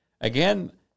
again